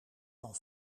van